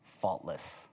faultless